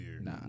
Nah